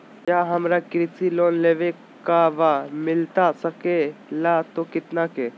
क्या हमारा कृषि लोन लेवे का बा मिलता सके ला तो कितना के?